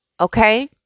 Okay